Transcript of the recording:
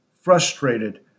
frustrated